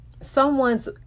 someone's